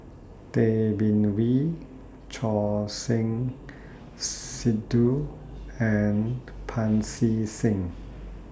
Tay Bin Wee Choor Singh Sidhu and Pancy Seng